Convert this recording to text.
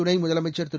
துணை முதலமைச்சர் திரு